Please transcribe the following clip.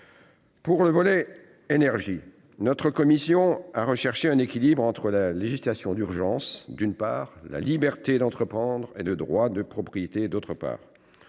Sur le volet énergie, notre commission a recherché un équilibre entre, d'une part, la législation d'urgence et, d'autre part, la liberté d'entreprendre et le droit de propriété. Nous avons